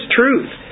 truth